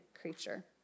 creature